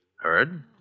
Heard